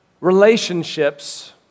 Relationships